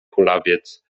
kulawiec